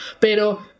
Pero